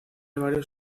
varios